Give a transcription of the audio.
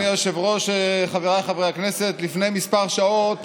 לאחר שהסרנו את כל ההסתייגויות לסעיף 5,